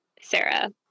Sarah